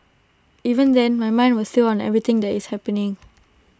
even then my mind was still on everything that is happening